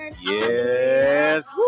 yes